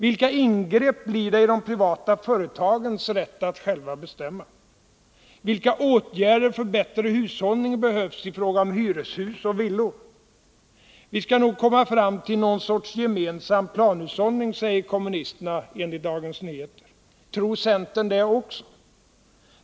Vilka ingrepp blir det i de privata företagens rätt att själva bestämma? Vilka åtgärder för bättre hushållning behövs i fråga om hyreshus och villor? Vi skall nog komma fram till någon sorts gemensam planhushållning, säger kommunisterna enligt Dagens Nyheter. Tror centern det också?